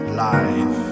life